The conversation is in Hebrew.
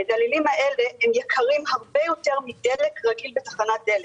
המדללים הללו יקרים הרבה יותר מדלק רגיל בתחנת דלק.